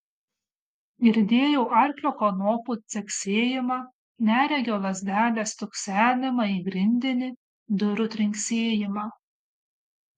girdėjau arklio kanopų caksėjimą neregio lazdelės stuksenimą į grindinį durų trinksėjimą